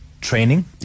training